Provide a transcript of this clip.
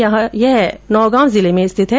यहां नोगांव जिले में स्थित है